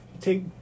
take